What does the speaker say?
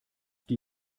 die